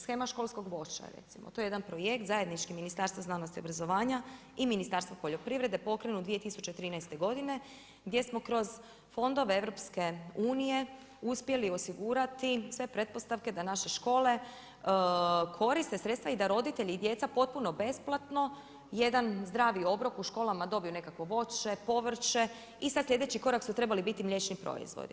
Shema školskog voća recimo to je jedan projekt zajednički Ministarstva znanosti i obrazovanja i Ministarstva poljoprivrede pokrenut 2013. godine gdje smo kroz fondove EU uspjeli osigurati sve pretpostavke da naše škole koriste sredstva i da roditelji i djeca potpuno besplatno jedan zdravi obrok u školama, dobiju nekakvo voće, povrće i sada sljedeći korak su trebali biti mliječni proizvodi.